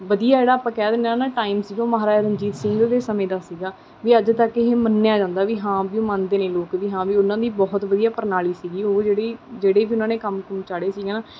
ਵਧੀਆ ਜਿਹੜਾ ਆਪਾਂ ਕਹਿ ਦਿੰਦੇ ਹਾਂ ਨਾ ਟਾਈਮ ਸੀਗਾ ਉਹ ਮਹਾਰਾਜਾ ਰਣਜੀਤ ਸਿੰਘ ਦੇ ਸਮੇਂ ਦਾ ਸੀਗਾ ਵੀ ਅੱਜ ਤੱਕ ਇਹ ਮੰਨਿਆ ਜਾਂਦਾ ਵੀ ਹਾਂ ਵੀ ਉਹ ਮੰਨਦੇ ਨੇ ਲੋਕ ਵੀ ਹਾਂ ਵੀ ਉਹਨਾਂ ਦੀ ਬਹੁਤ ਵਧੀਆ ਪ੍ਰਣਾਲੀ ਸੀਗੀ ਉਹ ਜਿਹੜੀ ਜਿਹੜੇ ਵੀ ਉਨ੍ਹਾਂ ਨੇ ਕੰਮ ਕੁਮ ਚਾੜ੍ਹੇ ਸੀਗੇ ਨਾ